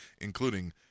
including